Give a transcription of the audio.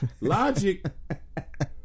Logic